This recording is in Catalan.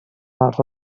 mals